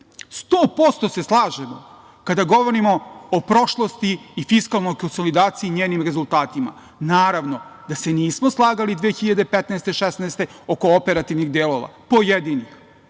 100% kada govorimo o prošlosti i fiskalnoj konsolidaciji i njenim rezultatima. Naravno da se nismo slagali 2015, 2016. godine oko operativnih delova, pojedinih.